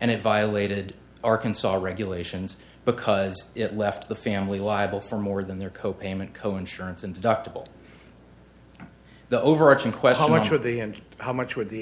and it violated arkansas regulations because it left the family liable for more than their co payment co insurance and deductible the overarching question what should the and how much would the